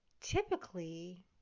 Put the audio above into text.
Typically